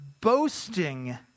boasting